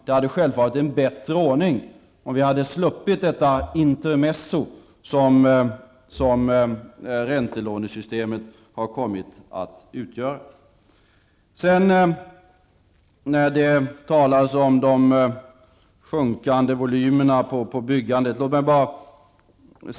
Det hade självfallet varit en bättre ordning om vi hade sluppit detta intermezzo som räntelånesystemet har kommit att utgöra. Det talas om de sjunkande volymerna på byggandet.